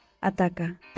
Ataca